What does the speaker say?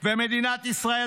ממדינת ישראל,